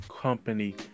company